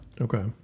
Okay